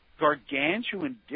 gargantuan